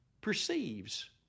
perceives